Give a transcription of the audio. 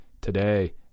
today